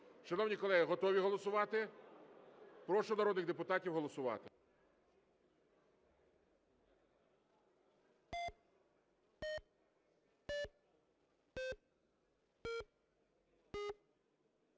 Шановні колеги, готові голосувати? Прошу народних депутатів голосувати.